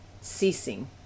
ceasing